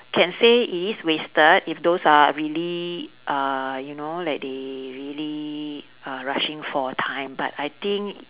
can say it is wasted if those are really uh you know like they really uh rushing for time but I think